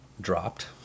dropped